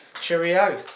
Cheerio